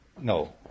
no